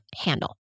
handle